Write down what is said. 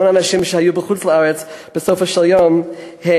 המון אנשים שהיו בחוץ-לארץ בסופו של דבר הצביעו.